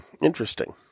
Interesting